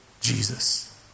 Jesus